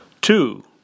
Two